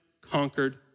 conquered